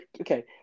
okay